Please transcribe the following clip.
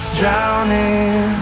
drowning